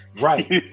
right